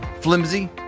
flimsy